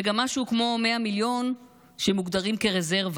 וגם משהו כמו 100 מיליון מוגדרים כרזרבה,